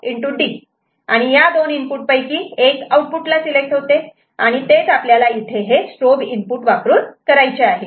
D आणि या दोन इनपुट पैकी एक आऊपुटला सिलेक्ट होते आणि तेच आपल्याला इथे हे स्ट्रोब इनपुट वापरून करायचे आहे